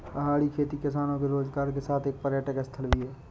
पहाड़ी खेती किसानों के रोजगार के साथ एक पर्यटक स्थल भी है